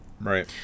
Right